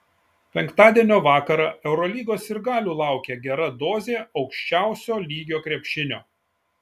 penktadienio vakarą eurolygos sirgalių laukia gera dozė aukščiausio lygio krepšinio